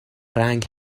رنگ